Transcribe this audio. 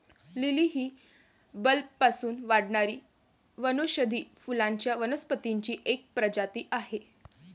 lily ही बल्बपासून वाढणारी वनौषधी फुलांच्या वनस्पतींची एक प्रजाती आहे